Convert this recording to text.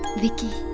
vicky?